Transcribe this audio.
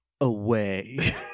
away